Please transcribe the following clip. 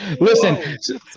Listen